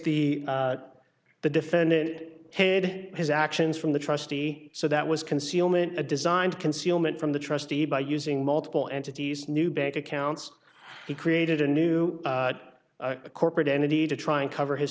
case the the defendant hid his actions from the trustee so that was concealment of designed concealment from the trustee by using multiple entities new bank accounts he created a new corporate entity to try and cover his